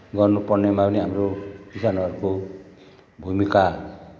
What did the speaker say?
गर्नुपर्नेमा पनि हाम्रो किसानहरूको भूमिका